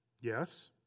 Yes